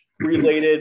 Related